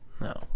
No